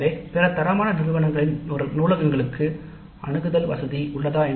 எனவே பிற தரமான நிறுவனங்களின் நூலகங்களுக்கு அணுகல் வசதி உள்ளதா